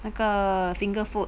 那个 finger food